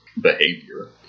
behavior